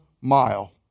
mile